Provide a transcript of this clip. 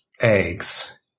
eggs